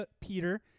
Peter